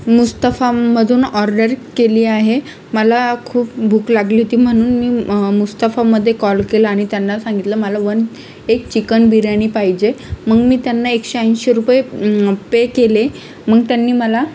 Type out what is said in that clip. मुस्ताफाम्मधून order केली आहे मला खूप भूक लागली होती म्हणून मी मुस्ताफामध्ये कॉल केला आणि त्यांना सांगितलं मला वन एक चिकन बिर्याणी पाहिजे मग मी त्यांना एकशे ऐंशी रुपये पे केले मग त्यांनी मला